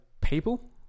people